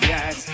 Yes